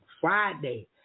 Friday